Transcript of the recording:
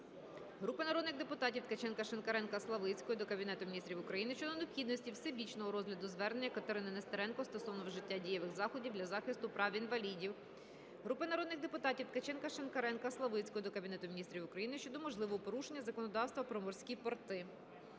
Групи народних депутатів (Ткаченка, Шинкаренка, Славицької) до Кабінету Міністрів України щодо необхідності всебічного розгляду звернення Катерини Нестеренко стосовно вжиття дієвих заходів для захисту прав інвалідів. Групи народних депутатів (Ткаченка, Шинкаренка, Славицької) до Кабінету Міністрів України щодо можливого порушення законодавства про морські порти.